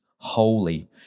Holy